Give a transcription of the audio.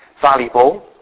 valuable